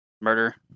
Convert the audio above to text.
murder